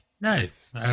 Nice